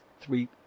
three